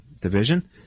Division